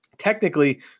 technically